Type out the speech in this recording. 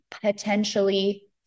potentially